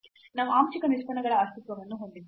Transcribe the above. ನಾವು ಆಂಶಿಕ ನಿಷ್ಪನ್ನಗಳ ಅಸ್ತಿತ್ವವನ್ನು ಹೊಂದಿದ್ದೇವೆ